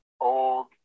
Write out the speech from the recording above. old